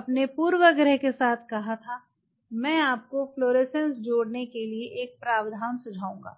अपने पूर्वाग्रह के साथ कहा था मैं आपको फ्लोरोसेंस जोड़ने के लिए एक प्रावधान सुझाऊंगा